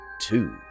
two